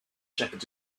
shepherd